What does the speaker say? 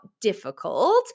difficult